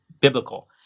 biblical